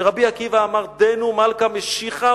כשרבי עקיבא אמר: "דין הוא מלכא משיחא",